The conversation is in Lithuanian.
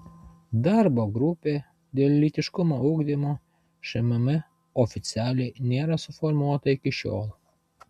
darbo grupė dėl lytiškumo ugdymo šmm oficialiai nėra suformuota iki šiol